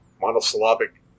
monosyllabic